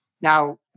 Now